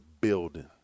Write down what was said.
building